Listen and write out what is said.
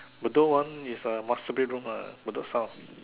Bedok one is a master bed room ah Bedok South